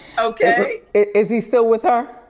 okay? is he still with her?